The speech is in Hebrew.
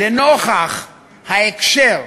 לנוכח ההקשר,